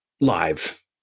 live